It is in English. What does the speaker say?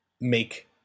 make